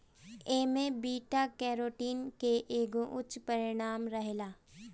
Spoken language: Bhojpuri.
एमे बीटा कैरोटिन के एगो उच्च परिमाण रहेला